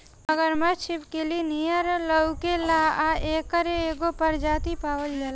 मगरमच्छ छिपकली नियर लउकेला आ एकर दूगो प्रजाति पावल जाला